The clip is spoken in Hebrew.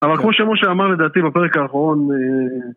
אבל כמו שמשה אמר לדעתי בפרק האחרון